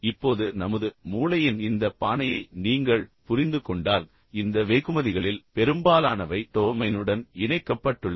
இப்போது நமது மூளையின் இந்த பானையை நீங்கள் புரிந்து கொண்டால் இந்த வெகுமதிகளில் பெரும்பாலானவை டோபமைனுடன் இணைக்கப்பட்டுள்ளன